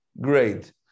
great